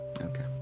Okay